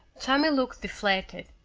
tommy looked deflated.